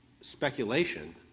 speculation